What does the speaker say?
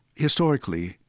historically,